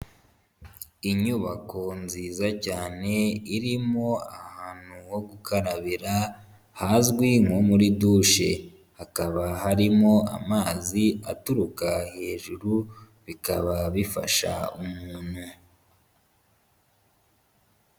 Inyubako nziza cyane irimo ahantu ho gukarabira hazwi nko muri dushe, hakaba harimo amazi aturuka hejuru, bikaba bifasha umuntu.